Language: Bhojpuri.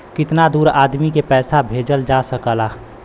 कितना दूर आदमी के पैसा भेजल जा सकला?